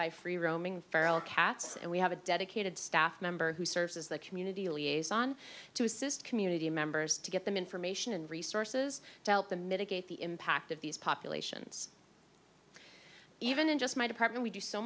by free roaming feral cats and we have a dedicated staff member who serves as the community liaison to assist community members to get them information and resources to help them mitigate the impact of these populations even in just my department we do so